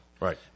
Right